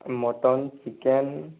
mutton chicken